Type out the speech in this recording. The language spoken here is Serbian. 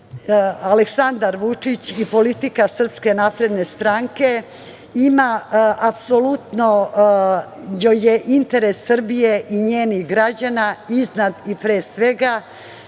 Aleksandar Vučić i politika SNS ima apsolutno interes Srbije i njenih građana iznad i pre svega.